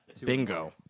Bingo